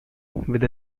with